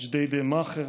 ג'דיידה-מכר,